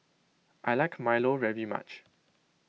I like Milo very much